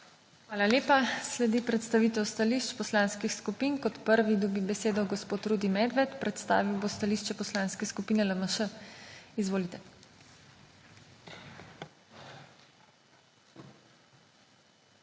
Hvala lepa. Sledi predstavitev stališč poslanskih skupin. Kot prvi dobi besedo gospod Rudi Medved. Predstavil bo stališče Poslanske skupine LMŠ. Izvolite. **RUDI